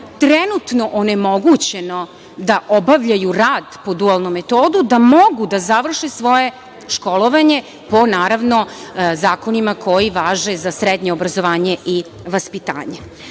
trenutno onemogućeno da obavljaju rad po dualnom metodu, da mogu da završe svoje školovanje po zakonima koji važe za srednje obrazovanje i vaspitanje. Planirana